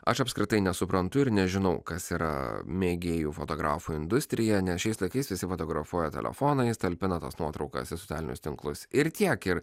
aš apskritai nesuprantu ir nežinau kas yra mėgėjų fotografų industrija nes šiais laikais visi fotografuoja telefonais talpina tas nuotraukas į socialinius tinklus ir tiek ir